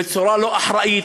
בצורה לא אחראית,